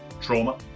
trauma